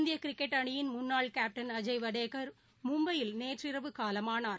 இந்தியகிரிக்கெட் அணியின் முன்னாள் கேப்டன் அஜய் வடேகர் மும்பையில் நேற்றிரவு காலமானார்